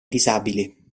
disabili